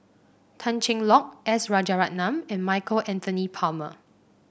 Tan Cheng Lock S Rajaratnam and Michael Anthony Palmer